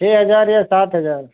छः हजार या सात हजार